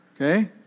okay